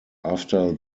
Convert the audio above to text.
after